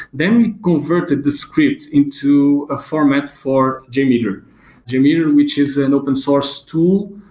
then converted the script into a format for jmeter. jmeter, which is an open-source tool,